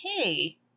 okay